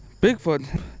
Bigfoot